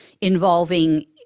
involving